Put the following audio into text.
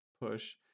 push